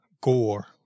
gore